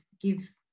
give